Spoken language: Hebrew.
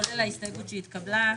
כולל ההסתייגות שהתקבלה.